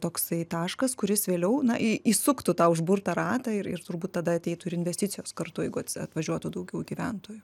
toksai taškas kuris vėliau na į įsuktų tą užburtą ratą ir ir turbūt tada ateitų ir investicijos kartu jeigu ats atvažiuotų daugiau gyventojų